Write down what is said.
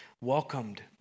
welcomed